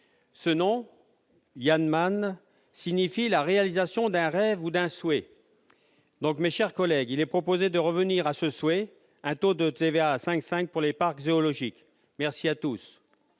Ce nom, Yuan Meng, signifie la réalisation d'un rêve ou d'un souhait. Mes chers collègues, il vous est donc proposé de revenir à ce souhait : un taux de TVA à 5,5 % pour les parcs zoologiques. Pour